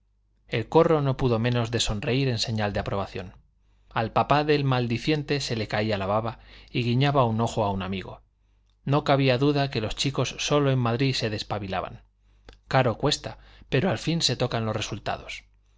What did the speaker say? el corro no pudo menos de sonreír en señal de aprobación al papá del maldiciente se le caía la baba y guiñaba un ojo a un amigo no cabía duda que los chicos sólo en madrid se despabilaban caro cuesta pero al fin se tocan los resultados